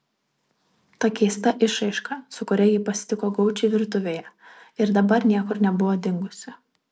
ta keista išraiška su kuria ji pasitiko gaučį virtuvėje ir dabar niekur nebuvo dingusi